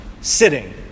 sitting